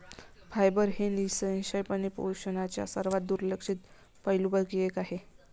fibre हे निःसंशयपणे पोषणाच्या सर्वात दुर्लक्षित पैलूंपैकी एक आहे